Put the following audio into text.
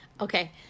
Okay